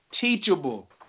teachable